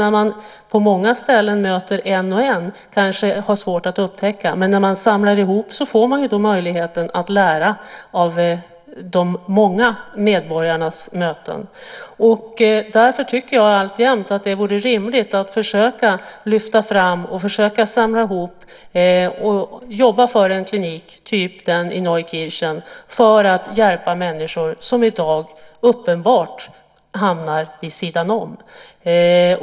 När man på olika ställen möter dessa patienter en och en har man kanske svårt att upptäcka sambandet, men när man samlar ihop många på ett ställe får man möjlighet att lära av de möten som uppstår mellan dessa människor. Därför tycker jag alltjämt att det vore rimligt att försöka lyfta fram dessa patienter och samla ihop dem i en klinik av den typ som finns i Neukirchen. På så sätt kunde vi hjälpa de människor som i dag uppenbart hamnar vid sidan av.